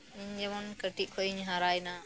ᱤᱧ ᱡᱮᱢᱚᱱ ᱠᱟᱹᱴᱤᱡ ᱠᱷᱚᱡᱤᱧ ᱦᱟᱨᱟᱭᱱᱟ